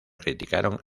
criticaron